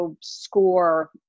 score